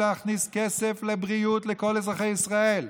להכניס כסף לבריאות לכל אזרחי ישראל,